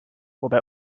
wobei